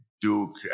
Duke